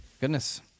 goodness